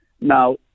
Now